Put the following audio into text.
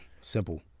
simple